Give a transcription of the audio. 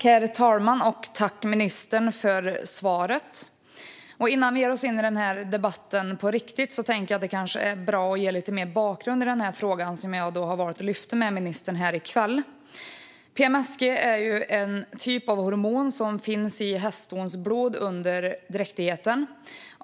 Herr talman! Jag tackar ministern för svaret. Innan vi ger oss in i debatten på riktigt är det bra att ge lite mer bakgrund i den fråga som jag har valt att lyfta upp till ministern här i kväll. PMSG är en typ av hormon som finns i häststons blod under dräktighet.